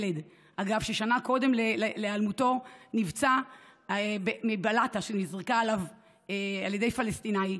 ילד ששנה קודם להיעלמותו נפצע מבלטה שנזרקה עליו על ידי פלסטיני,